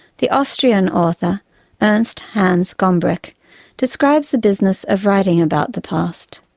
the austrian author ernst hans gombrich describes the business of writing about the past.